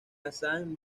assam